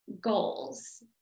goals